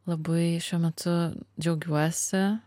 labai šiuo metu džiaugiuosi